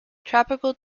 tropical